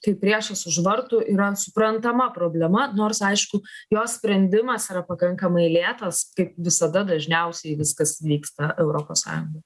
kai priešas už vartų yra suprantama problema nors aišku jos sprendimas yra pakankamai lėtas kaip visada dažniausiai viskas vyksta europos sąjungoj